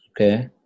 Okay